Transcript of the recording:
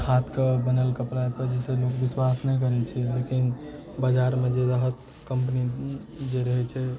हाथके बनल कपड़ापर लोक जे छै से विश्वास नहि करै छै लेकिन बाजारमे जे रहत कम्पनी जे रहै छै